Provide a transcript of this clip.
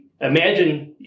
imagine